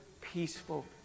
peaceful